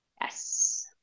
Yes